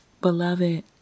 Beloved